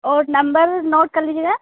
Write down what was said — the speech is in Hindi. और नंबर नोट कर लीजिएगा